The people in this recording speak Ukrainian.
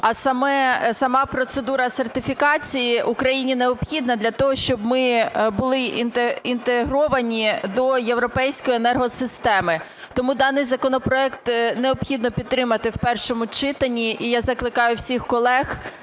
А сама процедура сертифікації Україні необхідна для того, щоб ми були інтегровані до європейської енергосистеми. Тому даний законопроект необхідно підтримати в першому читанні, і я закликаю всіх колег